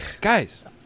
Guys